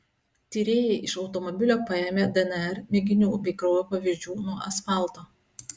tyrėjai iš automobilio paėmė dnr mėginių bei kraujo pavyzdžių nuo asfalto